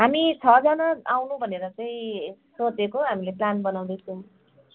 हामी छजना आउनु भनेर चाहिँ सोचेको हामीले प्लान बनाउँदैछौँ